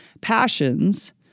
passions